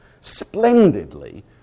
Splendidly